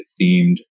themed